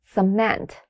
Cement